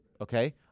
Okay